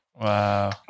Wow